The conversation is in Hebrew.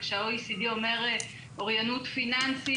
וכש-OECD אומר אוריינות פיננסית,